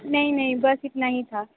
नहीं नहीं बस इतना ही था